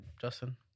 Justin